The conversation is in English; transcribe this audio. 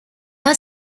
are